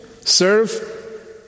Serve